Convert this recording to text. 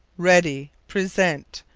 ready present!